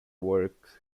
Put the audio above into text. works